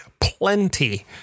plenty